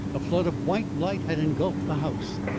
a flood of white light had engulfed the house.